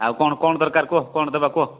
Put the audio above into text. ଆଉ କ'ଣ କ'ଣ ଦରକାର କୁହ କ'ଣ ଦବା କୁହ